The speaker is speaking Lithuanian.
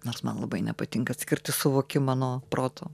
nors man labai nepatinka atskirti suvokimą nuo proto